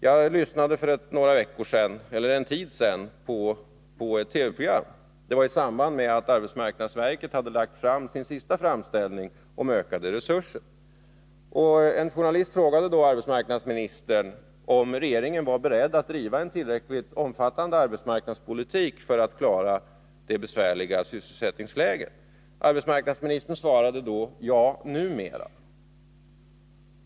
Jag lyssnade för någon tid sedan på ett TV-program. Det var i samband med att arbetsmarknadsverket hade lagt fram sin senaste framställ har sett det som en viktigare uppgift att i ning om ökade resurser. En journalist frågade arbetsmarknadsministern om regeringen var beredd att driva en tillräckligt omfattande arbetsmarknadspolitik för att klara det bes sysselsättningsläget. Arbetsmarknadsministern svarade: ”Ja, numera”.